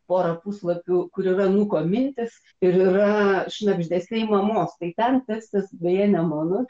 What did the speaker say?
pora puslapių kur yra nuko mintys ir yra šnabždesiai mamos tai ten tekstas beje ne mano